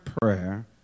prayer